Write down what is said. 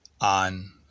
on